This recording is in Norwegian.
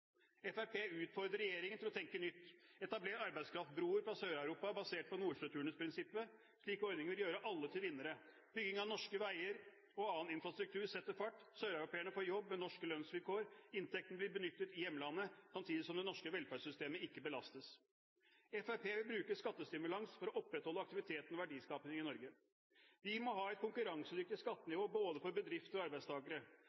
utfordrer regjeringen til å tenke nytt: Etabler arbeidskraftbroer fra Sør-Europa, basert på nordsjøturnusprinsippet. Slike ordninger vil gjøre alle til vinnere. Bygging av norske veier og annen infrastruktur setter fart, sør-europeerne får jobb med norske lønnsvilkår, inntekten blir benyttet i hjemlandet, samtidig som det norske velferdssystemet ikke belastes. Fremskrittspartiet vil bruke skattestimulans for å opprettholde aktiviteten og verdiskapingen i Norge. Vi må ha et konkurransedyktig